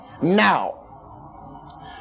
Now